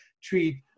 treat